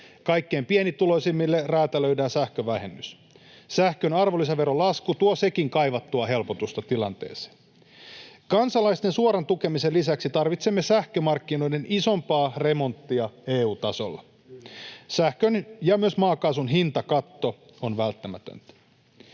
Kaikkein pienituloisimmille räätälöidään sähkövähennys. Sähkön arvonlisäveron lasku tuo sekin kaivattua helpotusta tilanteeseen. Kansalaisten suoran tukemisen lisäksi tarvitsemme sähkömarkkinoiden isompaa remonttia EU-tasolla. Sähkön ja myös maakaasun hintakatot ovat välttämättömiä.